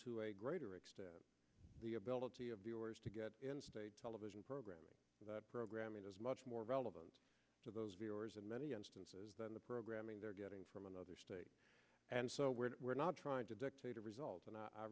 to a greater extent the ability of viewers to get television programming that programming is much more relevant to those viewers in many instances than the programming they're getting from another state and so we're not we're not trying to dictate a result and i